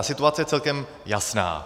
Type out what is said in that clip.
Situace je celkem jasná.